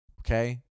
Okay